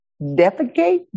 defecate